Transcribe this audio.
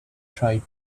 tried